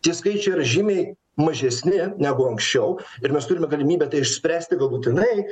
tie skaičiai yra žymiai mažesni negu anksčiau ir mes turime galimybę tai išspręsti galutinai